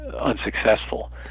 unsuccessful